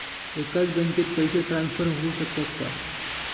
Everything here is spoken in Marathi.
एकाच बँकेत पैसे ट्रान्सफर होऊ शकतात का?